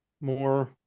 more